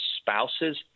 spouses